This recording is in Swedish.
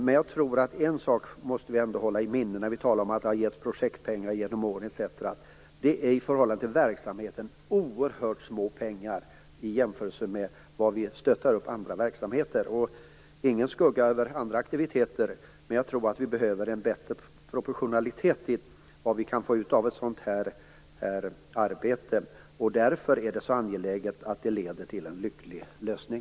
Men det är en sak som vi ändå måste hålla i minne när det talas om att det har utbetalats projektpengar under åren etc. : Det är i förhållande till verksamheten oerhört små belopp i jämförelse med hur vi stöder andra verksamheter. Ingen skugga över andra aktiviteter, men jag tror att vi behöver en bättre proportionalitet när det gäller vad vi kan få ut av ett sådant här arbete. Därför är det så angeläget att det leder till en lycklig lösning.